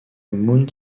mount